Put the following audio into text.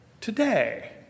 Today